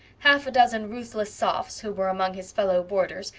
half a dozen ruthless sophs, who were among his fellow-boarders,